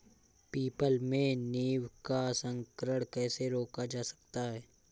People में नीम का संकरण कैसे रोका जा सकता है?